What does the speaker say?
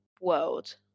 world